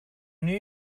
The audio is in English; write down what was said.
new